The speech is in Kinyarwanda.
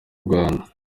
rwanda